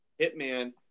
Hitman